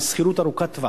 בשכירות ארוכת טווח,